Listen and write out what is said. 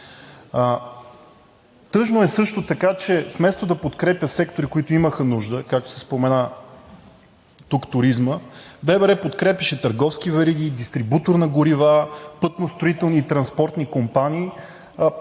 Тъжно е също така, че вместо да подкрепя секторите, които имаха нужда, както се спомена тук – туризмът, ББР подкрепяше търговски вериги, дистрибутор на горива, пътно-строителни и транспортни компании,